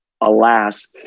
alas